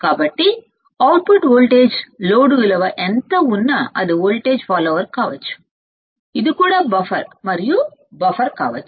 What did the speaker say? కాబట్టి output voltage load విలువ ఎంత ఉన్నా అది వోల్టేజ్ ఫాలోవర్ కావచ్చు అది కూడా బఫర్ కావచ్చు